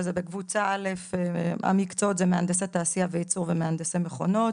בקבוצה א' המקצועות הם מהנדסי תעשייה וייצור ומהנדסי מכונות.